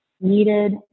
needed